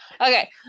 Okay